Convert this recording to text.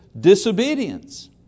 disobedience